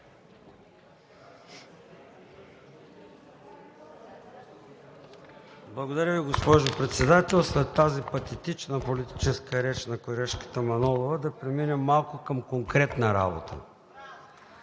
Благодаря Ви, госпожо Председател! След тази патетична политическа реч на колежката Манолова да преминем малко към конкретна работа.